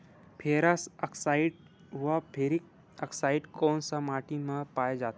Ferrous oxide व ferric oxide कोन सा माटी म पाय जाथे?